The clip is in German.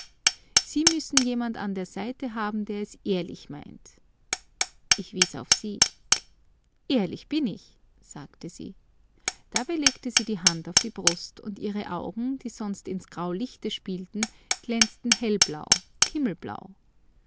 sie müssen jemand an der seite haben der es ehrlich meint ich wies auf sie ehrlich bin ich sagte sie dabei legte sie die hand auf die brust und ihre augen die sonst ins graulichte spielten glänzten hellblau himmelblau